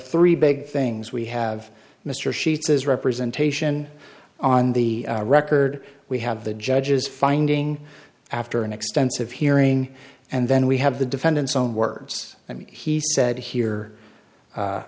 three big things we have mr sheets is representation on the record we have the judges finding after an extensive hearing and then we have the defendant's own words i mean he said here